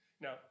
Now